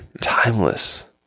Timeless